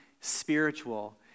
spiritual